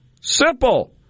simple